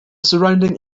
surrounding